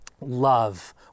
love